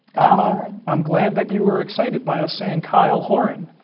um ah i'm glad that you were excited by us saying kyle horan.